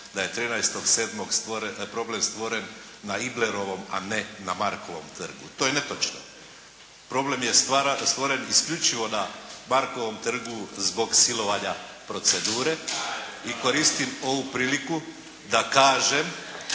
da je 13.7. stvoren, problem stvoren na Iblerovom a ne na Markovom trgu. To je netočno. Problem je stvoren isključivo na Markovom trgu zbog silovanja procedure. I koristim ovu priliku da kažem